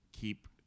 keep